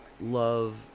love